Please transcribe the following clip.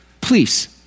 Please